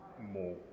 more